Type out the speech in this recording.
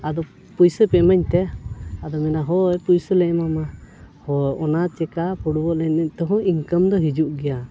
ᱟᱫᱚ ᱯᱩᱭᱥᱟᱹ ᱯᱮ ᱮᱢᱟᱹᱧ ᱛᱮ ᱟᱫᱚ ᱢᱮᱱᱟ ᱦᱳᱭ ᱯᱩᱭᱥᱟᱹ ᱞᱮ ᱮᱢᱟᱢᱟ ᱦᱳᱭ ᱚᱱᱟ ᱪᱮᱠᱟ ᱯᱷᱩᱴᱵᱚᱞ ᱮᱱᱮᱡ ᱛᱮᱦᱚᱸ ᱤᱱᱠᱟᱢ ᱫᱚ ᱦᱤᱡᱩᱜ ᱜᱮᱭᱟ